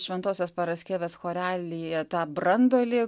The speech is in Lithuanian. šventosios paraskevės chorelyje tą branduolį